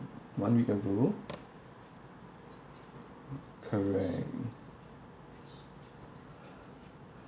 one week ago correct